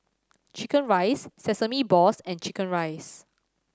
chicken rice sesame balls and chicken rice